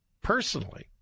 personally